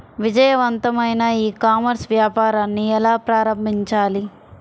విజయవంతమైన e commerce వ్యాపారాన్ని ఎలా ప్రారంభించాలి?